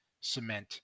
cement